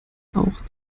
auch